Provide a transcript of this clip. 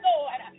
Lord